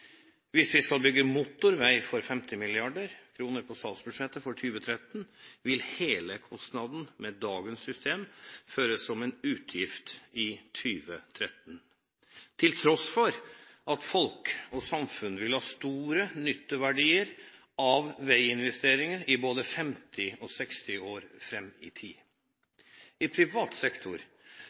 Hvis vi skal bygge motorvei for 50 mrd. kr over statsbudsjettet for 2013, vil hele kostnaden med dagens system føres som en utgift i 2013, til tross for at folk og samfunn vil ha store nytteverdier av veiinvesteringene i både 50 og 60 år fram i tid. I privat sektor